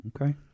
Okay